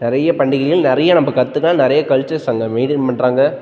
நிறைய பண்டிகைகள் நிறைய நம்ம கற்றுக்கலாம் நிறைய கல்ச்சர்ஸ் அங்கே மெயின்டெயின் பண்ணுறாங்க